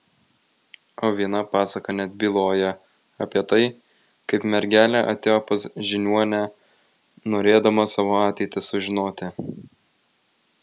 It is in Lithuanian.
o viena pasaka net byloja apie tai kaip mergelė atėjo pas žiniuonę norėdama savo ateitį sužinoti